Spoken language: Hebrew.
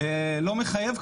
ולא מחייב,